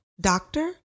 Doctor